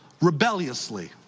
rebelliously